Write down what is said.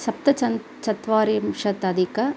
सप्त चन् चत्वारिंशत् अधिक